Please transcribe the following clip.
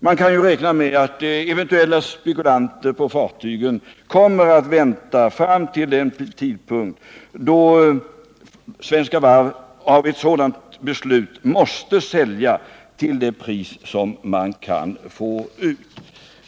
Man kan ju räkna med att eventuella spekulanter på fartygen kommer att vänta till den tidpunkt då Svenska Varv som en följd av ett sådant beslut måste sälja till det pris som man kan få ut.